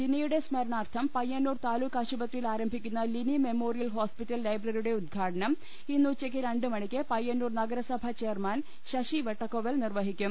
ലിനിയുടെ സ്മരണാർത്ഥം പയ്യന്നൂർ താലൂക്ക് ആശുപത്രി യിൽ ആരംഭിക്കുന്ന ലിനി മെമ്മോറിയൽ ഹോസ്പിറ്റൽ ലൈബ്ര റിയുടെ ഉദ്ഘാടനം ഇന്നുച്ചക്ക് രണ്ടു മണിക്ക് പയ്യന്നൂർ നഗര സഭാ ചെയർമാൻ ശശി വട്ടക്കൊവ്വൽ നിർവഹിക്കും